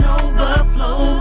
overflow